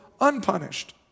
unpunished